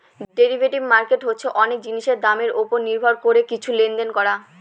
derivative market হচ্ছে অনেক জিনিসের দামের ওপর নির্ভর করে কিছু লেনদেন করা